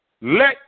Let